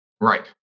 Right